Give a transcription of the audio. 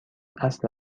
اصل